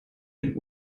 den